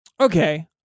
Okay